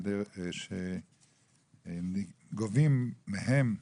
שגובים מהם,